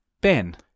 Ben